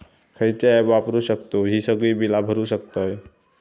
खयचा ऍप वापरू शकतू ही सगळी बीला भरु शकतय?